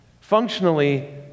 Functionally